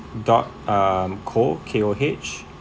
dot um Koh K O H